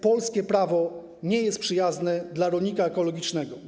Polskie prawo nie jest przyjazne dla rolnika ekologicznego.